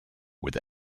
with